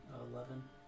Eleven